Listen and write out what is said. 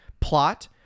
plot